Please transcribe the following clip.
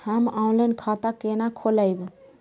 हम ऑनलाइन खाता केना खोलैब?